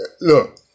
Look